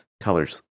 Colors